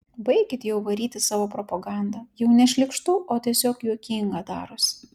baikit jau varyti savo propagandą jau ne šlykštu o tiesiog juokinga darosi